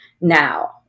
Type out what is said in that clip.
now